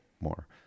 more